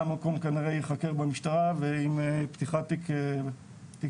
המקום כנראה ייחקר במשטרה עם פתיחת תיק פלילי.